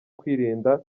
kwirinda